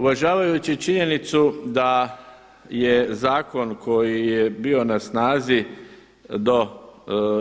Uvažavajući činjenicu da je zakon koji je bio na snazi do